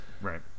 Right